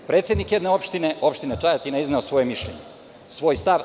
Predsednik jedne opštine, opštine Čajetina izneo je svoje mišljenje, svoj stav.